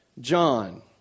John